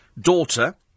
daughter